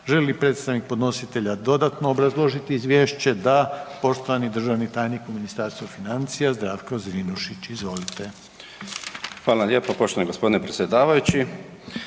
li predstavnik podnositelja dodatno obrazložiti izvješće? Da, poštovani državni tajnik Ministarstva financija, Zdravo Zrinušić. Izvolite. **Zrinušić, Zdravko** Hvala vam lijepo poštovani gospodine predsjedavajući.